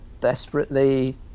desperately